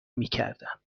میکردم